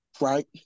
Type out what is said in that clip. right